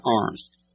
Arms